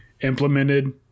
implemented